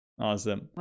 awesome